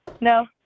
no